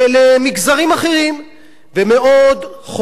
ומאוד חורה לי ששר הפנים הזה,